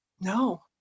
No